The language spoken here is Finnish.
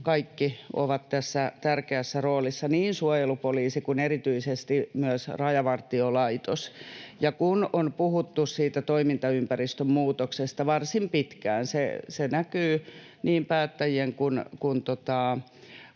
kaikki ovat tässä tärkeässä roolissa, niin suojelupoliisi kuin erityisesti myös Rajavartiolaitos. Ja kun on puhuttu siitä toimintaympäristön muutoksesta varsin pitkään, niin kun